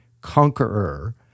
conqueror